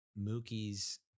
Mookie's –